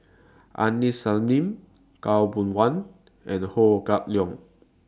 Aini Salim Khaw Boon Wan and Ho Kah Leong